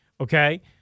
okay